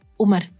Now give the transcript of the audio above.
Umar